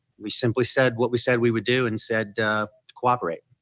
we simply said what we said we would do and said to cooperate.